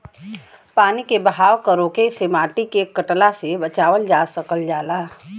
पानी के बहाव क रोके से माटी के कटला से बचावल जा सकल जाला